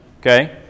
okay